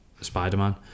Spider-Man